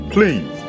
Please